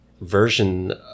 version